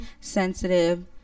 sensitive